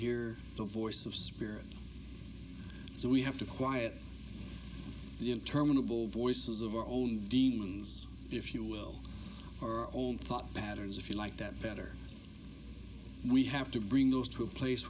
hear the voice of spirit so we have to quiet the interminable voices of our own demons if you will our own thought patterns if you like that better we have to bring those to a place